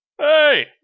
Hey